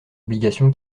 obligation